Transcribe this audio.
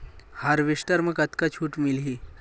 Harvester म कतका छूट मिलही?